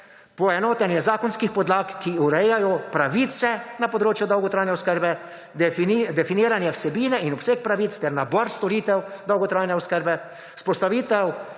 poenotenje zakonskih podlag, ki urejajo pravice na področju dolgotrajne oskrbe, definiranje vsebine in obseg pravic ter nabor storitev dolgotrajne oskrbe, vzpostavitev